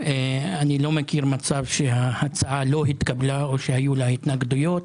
אני לא מכיר מצב שההצעה לא התקבלה או שהיו לה התנגדויות.